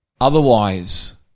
Otherwise